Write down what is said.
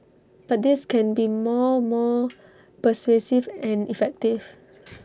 but this can be more more pervasive and effective